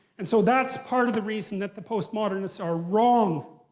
and so that's part of the reason that the post-modernists are wrong.